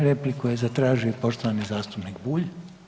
Repliku je zatražio poštovani zastupnik Bulj.